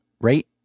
right